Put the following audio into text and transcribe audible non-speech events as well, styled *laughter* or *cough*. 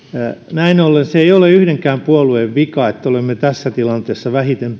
näin ollen se ei ole yhdenkään puolueen vika että olemme tässä tilanteessa vähiten *unintelligible*